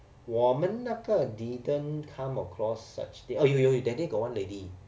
我们那个 didn't come across such oh 有有有 that day got one lady